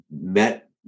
met